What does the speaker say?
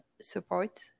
support